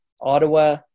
Ottawa